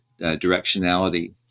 directionality